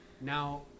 Now